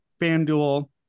FanDuel